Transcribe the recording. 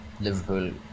Liverpool